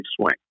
swing